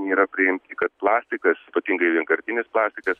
yra priimti kad plastikas ypatingai vienkartinis plastikas